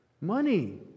money